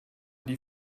die